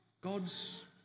God's